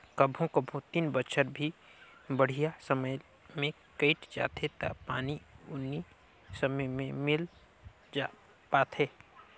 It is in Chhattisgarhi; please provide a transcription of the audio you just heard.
कभों कभों तीन बच्छर भी बड़िहा समय मे कइट जाथें त पानी उनी समे मे मिल पाथे